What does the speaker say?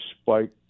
spike